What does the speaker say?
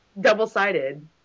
Double-sided